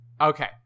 Okay